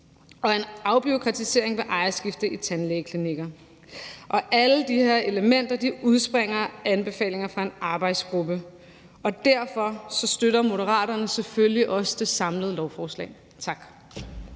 og en afbureaukratisering ved ejerskifte i tandlægeklinikker. Alle de her elementer udspringer af anbefalinger fra en arbejdsgruppe, og derfor støtter Moderaterne selvfølgelig også det samlede lovforslag. Tak.